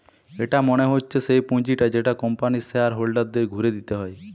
এটা মনে হচ্ছে সেই পুঁজিটা যেটা কোম্পানির শেয়ার হোল্ডারদের ঘুরে দিতে হয়